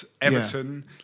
Everton